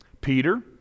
Peter